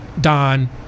Don